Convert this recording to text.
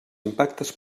impactes